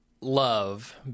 love